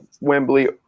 Wembley